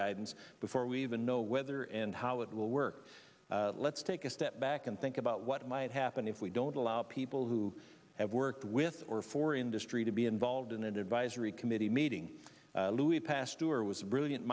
guidance before we even know whether and how it will work let's take a step back and think about what might happen if we don't allow people who have worked with or for industry to be involved in an advisory committee meeting louis past two or was a brilliant